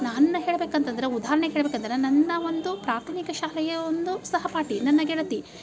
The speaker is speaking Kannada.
ನಾನು ಹೇಳ್ಬೇಕು ಅಂತಂದ್ರೆ ಉದಾಹರ್ಣೆಗೆ ಹೇಳ್ಬೇಕು ಅಂದ್ರೆ ನನ್ನ ಒಂದು ಪ್ರಾಥಮಿಕ ಶಾಲೆಯ ಒಂದು ಸಹಪಾಠಿ ನನ್ನ ಗೆಳತಿ